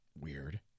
Weird